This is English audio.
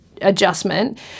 adjustment